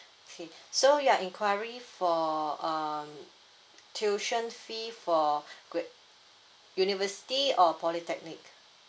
okay so you're enquiring for uh tuition fee for wait university or polytechnic